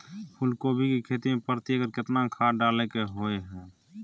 फूलकोबी की खेती मे प्रति एकर केतना खाद डालय के होय हय?